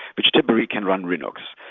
which typically can run linux.